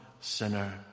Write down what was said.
sinner